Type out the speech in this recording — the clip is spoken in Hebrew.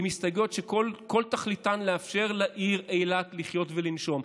הן הסתייגות שכל תכליתן לאפשר לעיר אילת לחיות ולנשום.